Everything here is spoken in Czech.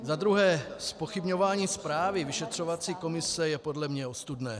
Za druhé zpochybňování zprávy vyšetřovací komise je podle mne ostudné.